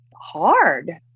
hard